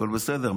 הכול בסדר,